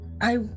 I-